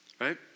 Right